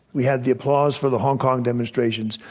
we had the applause for the hong kong demonstrations.